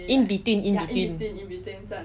in between in between